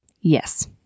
Yes